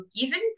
given